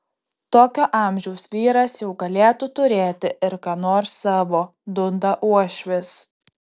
tokio amžiaus vyras jau galėtų turėti ir ką nors savo dunda uošvis